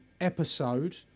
episode